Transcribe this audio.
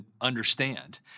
understand